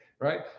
right